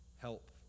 Help